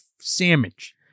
sandwich